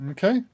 Okay